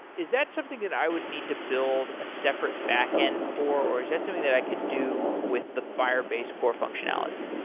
is that something that i would need to build a separate backend for, or is that something that i could do with the firebase core functionality?